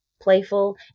Playful